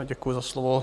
Děkuji za slovo.